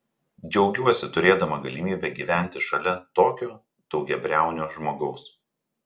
džiaugiuosi turėdama galimybę gyventi šalia tokio daugiabriaunio žmogaus